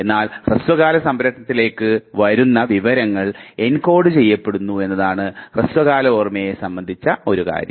എന്നാൽ ഹ്രസ്വകാല സംഭരണത്തിലേക്ക് വരുന്ന വിവരങ്ങൾ എൻകോഡ് ചെയ്യപ്പെടുന്നു എന്നതാണ് ഹ്രസ്വകാല ഓർമ്മയെ സംബന്ധിച്ച ഒരു കാര്യം